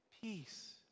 Peace